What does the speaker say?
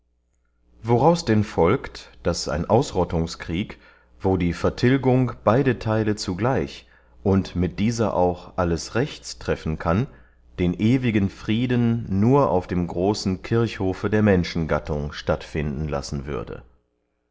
woraus denn folgt daß ein ausrottungskrieg wo die vertilgung beyde theile zugleich und mit dieser auch alles rechts treffen kann den ewigen frieden nur auf dem großen kirchhofe der menschengattung statt finden lassen würde